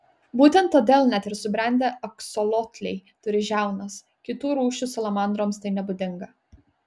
būtent todėl net ir subrendę aksolotliai turi žiaunas kitų rūšių salamandroms tai nebūdinga